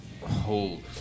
Hold